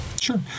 Sure